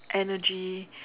energy